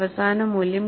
അവസാന മൂല്യം 2